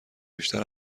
بیشتر